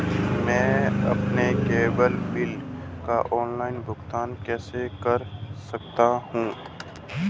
मैं अपने cable bill का ऑनलाइन भुगतान कैसे कर सकता हूं?